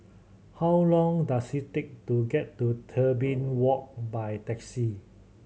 how long does it take to get to Tebing Walk by taxi